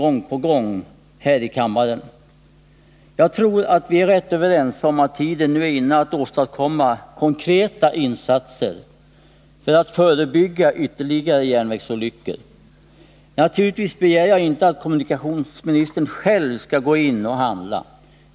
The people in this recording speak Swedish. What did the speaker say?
Jag tror att Nr 26 vi är överens om att tiden nu är inne för att åstadkomma konkreta insatser för Tisdagen den att förebygga ytterligare järnvägsolyckor. Naturligtvis begär jag inte att 18 november 1980 kommunikationsministern själv skall handla.